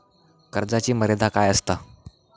कर्जाची मर्यादा काय असता?